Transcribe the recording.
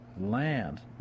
land